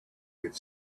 could